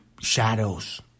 shadows